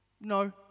No